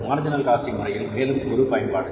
marginal costing முறையில் மேலும் ஒரு பயன்பாடு